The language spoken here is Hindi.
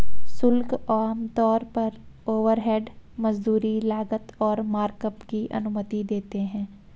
शुल्क आमतौर पर ओवरहेड, मजदूरी, लागत और मार्कअप की अनुमति देते हैं